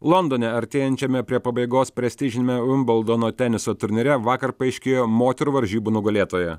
londone artėjančiame prie pabaigos prestižiniame iumbldono teniso turnyre vakar paaiškėjo moterų varžybų nugalėtoja